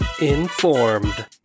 Informed